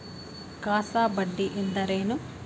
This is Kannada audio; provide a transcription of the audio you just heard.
ಕಾಸಾ ಬಡ್ಡಿ ಎಂದರೇನು?